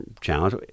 challenge